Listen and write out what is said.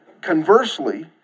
Conversely